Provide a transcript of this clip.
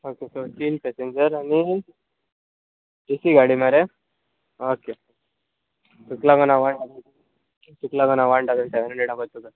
okay सोड तीन passenger आनी ए सी गाडी मरे ओके तुका लागो हांव वन ठाव तुका लागो हांव वन ठावजण सेवेन हंड्रेडा कोता तुका